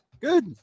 Good